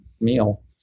meal